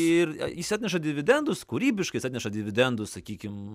ir jis atneša dividendus kūrybiškais atneša dividendus sakykim